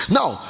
now